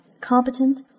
competent